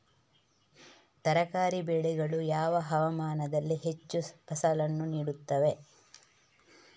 ತರಕಾರಿ ಬೆಳೆಗಳು ಯಾವ ಹವಾಮಾನದಲ್ಲಿ ಹೆಚ್ಚು ಫಸಲನ್ನು ನೀಡುತ್ತವೆ?